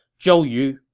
zhou yu,